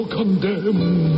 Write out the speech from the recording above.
condemn